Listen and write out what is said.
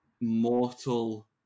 mortal